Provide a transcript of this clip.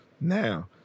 now